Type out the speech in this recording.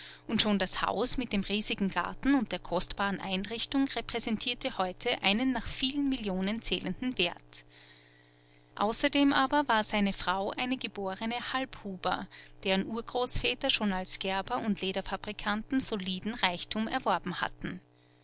und schon das haus mit dem riesigen garten und der kostbaren einrichtung repräsentierte heute einen nach vielen millionen zählenden wert außerdem aber war seine frau eine geborene halbhuber deren urgroßväter schon als gerber und lederfabrikanten soliden reichtum erworben hatten